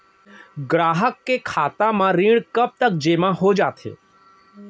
ग्राहक के खाता म ऋण कब तक जेमा हो जाथे?